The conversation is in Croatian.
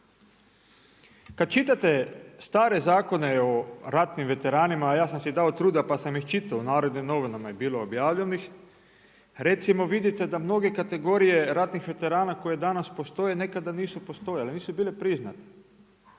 Kada čitate stre zakone o ratnim veteranima, a ja sam si dao truda pa sam ih čitao u NN je bilo objavljenih, recimo vidite da mnoge kategorije ratnih veterana koje danas postoje nekada nisu postojale, nisu bile priznate.